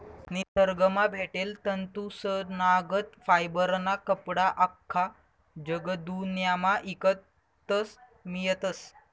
निसरगंमा भेटेल तंतूसनागत फायबरना कपडा आख्खा जगदुन्यामा ईकत मियतस